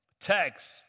text